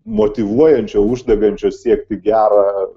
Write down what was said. motyvuojančio uždegančio siekti gera